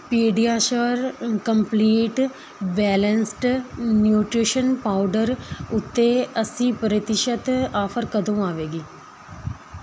PediaSure a complete balanced nutrition powder ਉੱਤੇ ਅੱਸੀ ਪ੍ਰਤੀਸ਼ਤ ਆਫ਼ਰ ਕਦੋਂ ਆਵੇਗੀ